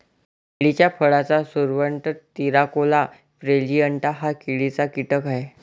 केळीच्या फळाचा सुरवंट, तिराकोला प्लॅजिएटा हा केळीचा कीटक आहे